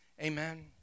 Amen